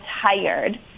tired